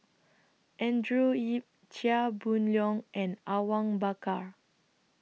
Andrew Yip Chia Boon Leong and Awang Bakar